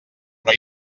però